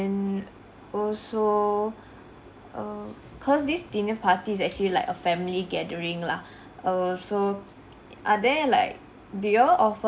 ~nd also err cause this dinner party is actually like a family gathering lah err so are there like do you all of~